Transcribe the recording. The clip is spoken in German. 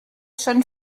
schon